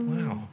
Wow